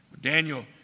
Daniel